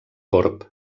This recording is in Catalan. corb